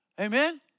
Amen